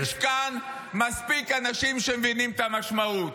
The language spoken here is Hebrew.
-- ויש כאן מספיק אנשים שמבינים את המשמעות.